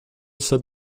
said